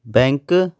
bank